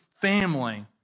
family